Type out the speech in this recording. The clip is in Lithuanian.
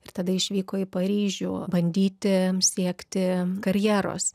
ir tada išvyko į paryžių bandyti siekti karjeros